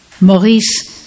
Maurice